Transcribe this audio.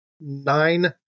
nine